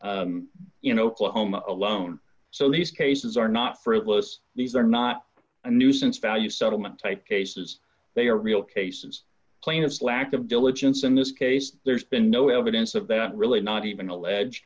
quote home alone so these cases are not frivolous these are not a nuisance value settlement type cases they are real cases plaintiffs lack of diligence in this case there's been no evidence of that really not even allege